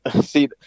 See